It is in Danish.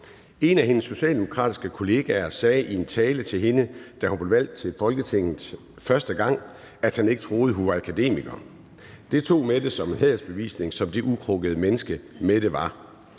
En af hendes socialdemokratiske kollegaer sagde i en tale til hende, da hun blev valgt til Folketinget første gang, at han ikke troede, at hun var akademiker. Det tog Mette som en hædersbevisning som det ukrukkede menneske, Mette var.